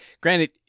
granted